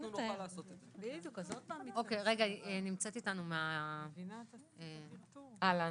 הזה שממילא מועבר מידע.